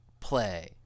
play